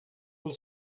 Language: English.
will